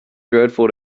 dreadful